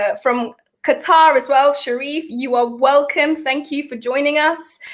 ah from qatar, as well, sherif, you are welcome. thank you for joining us.